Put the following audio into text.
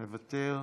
מוותר.